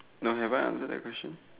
no have I answered that question